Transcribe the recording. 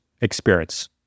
experience